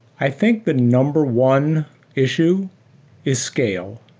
i think the number one issue is scale.